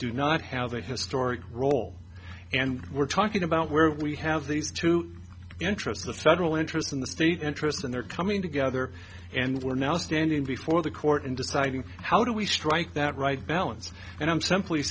do not have a historic role and we're talking about where we have these two interests the federal interest in the state interest and they're coming together and we're now standing before the court in deciding how do we strike that right balance and i'm simply